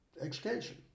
education